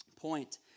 point